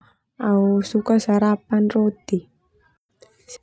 Au suka sarapan roti.